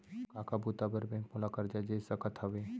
का का बुता बर बैंक मोला करजा दे सकत हवे?